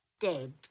dead